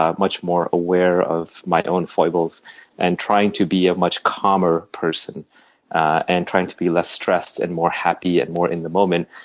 ah much more aware of my own foilables and trying to be a much calmer person and trying to be less stressed, and more happy, and more in the moment.